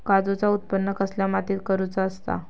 काजूचा उत्त्पन कसल्या मातीत करुचा असता?